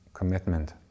commitment